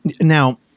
now